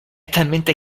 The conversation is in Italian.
talmente